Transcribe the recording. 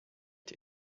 der